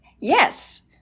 Yes